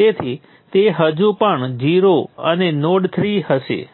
ત્યારે તે રદ થઈ જાય છે જેથી તે સારું છે તેથી આપણને બિનજરૂરી ચલથી છૂટકારો મળ્યો